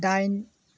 दाइन